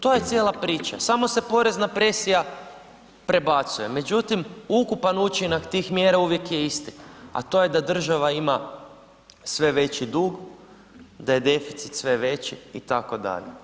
To je cijela priča, samo se porezna presija prebacuje, međutim, ukupan učinak tih mjera uvijek je isti, a to je da država ima sve veći dug, da je deficit sve veći, itd.